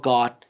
God